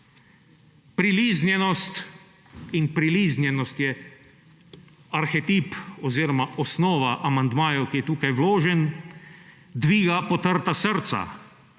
priliznjenost je arhetip oziroma osnova amandmaja, ki je tukaj vložen, dviga potrta srca,